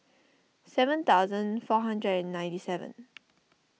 seven thousand four hundred and ninety seven